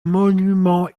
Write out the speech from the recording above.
monument